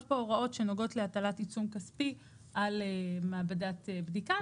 פה הוראות שנוגעות להטלת עיצום כספי על מעבדת בדיקה.